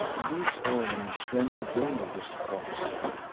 these omens render vain this prophecy,